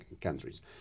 countries